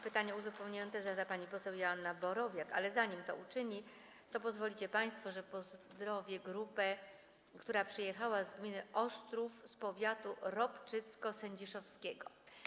Pytanie uzupełniające zada pani poseł Joanna Borowiak, ale zanim to uczyni, to pozwolicie państwo, że pozdrowię grupę, która przyjechała z gminy Ostrów z powiatu ropczycko-sędziszowskiego.